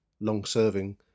long-serving